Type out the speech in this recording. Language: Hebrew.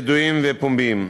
ידועים ופומביים.